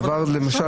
למשל,